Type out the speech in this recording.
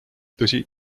tõsi